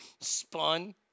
spun